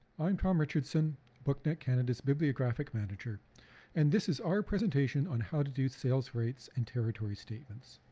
i'm tom richardson booknet canada's bibliographic manager and this is our presentation on how to do sales rights and territory statements.